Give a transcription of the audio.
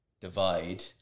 divide